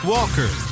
Walker